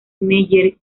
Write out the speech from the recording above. meyer